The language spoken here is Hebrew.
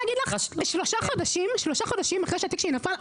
שלושה חודשים אחרי שהתיק שלי נפל,